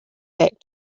back